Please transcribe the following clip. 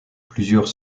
plusieurs